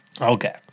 okay